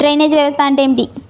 Drainage వ్యవస్థ అంటే ఏమిటి?